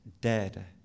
Dead